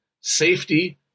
safety